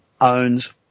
owns